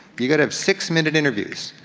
you've gotta have six minute interviews.